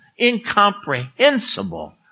incomprehensible